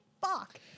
fuck